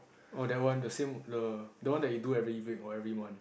oh that one the same the that one that you do every week or every month